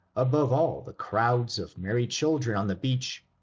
above all the crowds of merry children on the beach,